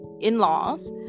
in-laws